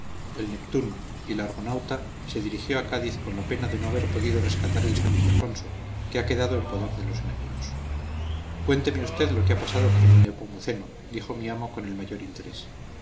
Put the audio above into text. el neptune y el argonauta se dirigió a cádiz con la pena de no haber podido rescatar el san ildefonso que ha quedado en poder de los enemigos cuénteme usted lo que ha pasado en el nepomuceno dijo mi amo con el mayor interés